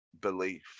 belief